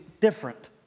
different